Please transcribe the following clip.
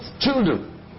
children